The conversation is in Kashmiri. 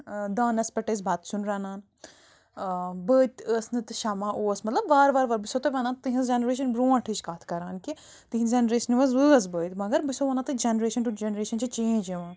ٲں دانَس پٮ۪ٹھ ٲسۍ بتہٕ سیٛن رنان ٲں بٔتۍ ٲس نہٕ تہٕ شمع اوس مطلب وارٕ وار وار بہٕ چھِسو تۄہہِ ونان تہنٛز جنریشَن برٛونٛٹھٕچۍ کَتھ کران کہِ تہنٛزِ جنریشنہِ منٛز ٲس بٔتۍ مگر بہٕ چھِسو ونان تۄہہِ جنریشَن ٹُو جنریشَن چھِ چینٛج یوان